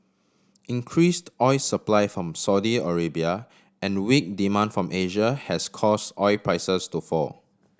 increased oil supply from Saudi Arabia and weak demand from Asia has cause oil prices to fall